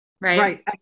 right